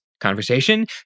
conversation